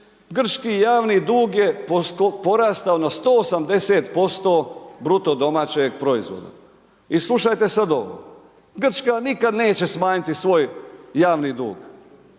Grčki javni dug je porastao na 180% BDP-a. I slušajte sada ovo, Grčka nikada neće smanjiti svoj javni dug,